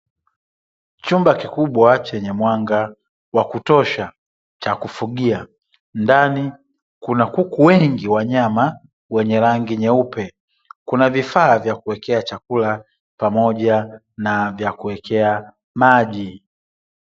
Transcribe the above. Chumba kikubwa chenye mwanga wa kutosha cha kufugia, ndani kuna kuku wengi wa nyama wenye rangi nyeupe, kuna vifaa vya kuwekea chakula pamoja na vya kuwekea maji.